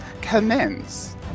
commence